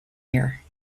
here